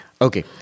Okay